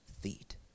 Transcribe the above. feet